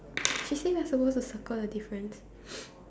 she say we are supposed to circle the difference